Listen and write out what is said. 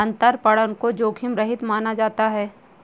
अंतरपणन को जोखिम रहित माना जाता है